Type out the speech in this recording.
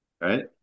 Right